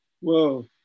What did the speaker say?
Whoa